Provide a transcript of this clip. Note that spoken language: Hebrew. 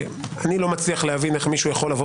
אני לא מצליח להבין איך מישהו יכול לבוא